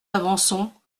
avançons